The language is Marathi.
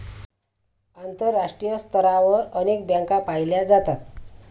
आंतरराष्ट्रीय स्तरावर अनेक बँका पाहिल्या जातात